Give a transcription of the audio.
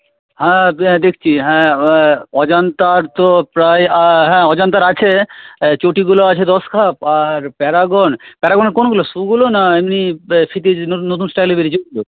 হ্যাঁ দেখছি হ্যাঁ হ্যাঁ অজন্তার তো প্রায় হ্যাঁ অজন্তার আছে চটিগুলো আছে দশখান আর প্যারাগন প্যারাগনের কোনগুলো শুগুলো না এমনই সিটি নতুন স্টাইলে বেরিয়েছে যেগুলো